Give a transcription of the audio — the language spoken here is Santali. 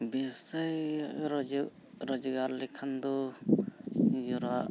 ᱵᱮᱵᱽᱥᱟᱭ ᱨᱚᱡᱽᱜᱟᱨ ᱞᱮᱠᱷᱟᱱ ᱫᱚ ᱱᱤᱡᱮᱨᱟᱜ